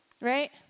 Right